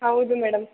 ಹೌದು ಮೇಡಮ್